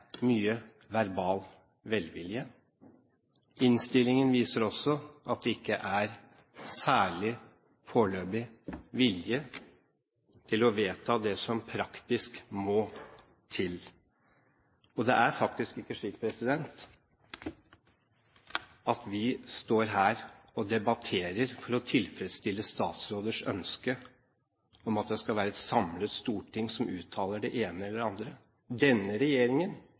mye verbal velvilje. Innstillingen viser også at det ikke – foreløpig – er særlig vilje til å vedta det som praktisk må til. Og det er faktisk ikke slik at vi står her og debatterer for å tilfredsstille statsråders ønske om at det skal være et samlet storting som uttaler det ene eller det andre. Denne regjeringen